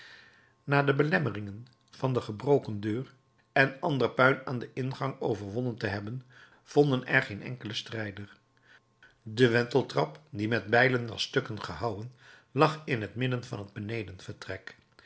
na de belemmeringen van de gebroken deur en ander puin aan den ingang overwonnen te hebben vonden er geen enkelen strijder de wenteltrap die met bijlen was stukken gehouwen lag in het midden van het